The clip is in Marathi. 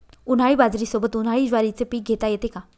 उन्हाळी बाजरीसोबत, उन्हाळी ज्वारीचे पीक घेता येते का?